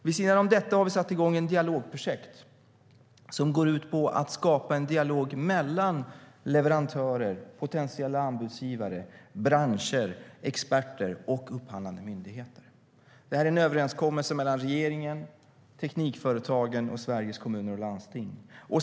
Vid sidan om detta har vi satt igång ett dialogprojekt som går ut på att skapa en dialog mellan leverantörer, potentiella anbudsgivare, branscher, experter och upphandlande myndigheter. Det här är en överenskommelse mellan regeringen, Teknikföretagen och Sveriges Kommuner och Landsting.